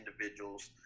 individuals